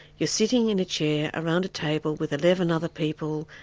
you're sitting in a chair, around a table, with eleven other people,